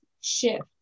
shift